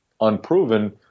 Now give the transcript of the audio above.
unproven